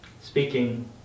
speaking